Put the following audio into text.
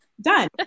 done